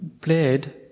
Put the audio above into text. played